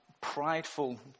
prideful